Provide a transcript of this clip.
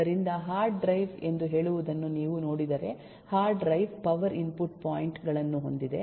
ಆದ್ದರಿಂದ hard drive ಎಂದು ಹೇಳುವುದನ್ನು ನೀವು ನೋಡಿದರೆ hard drive power input point ಗಳನ್ನು ಹೊಂದಿದೆ